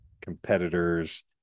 competitors